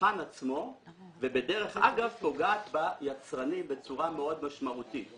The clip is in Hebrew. בצרכן עצמו ובדרך אגב פוגעת ביצרנים בצורה מאוד משמעותית.